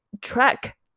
track